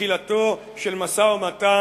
לתחילתו של משא-ומתן.